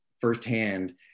firsthand